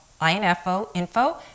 infoinfo